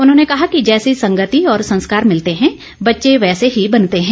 उन्होंने कहा कि जैसी संगति और संस्कार मिलते हैं बच्चे वैसे ही बनते हैं